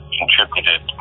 contributed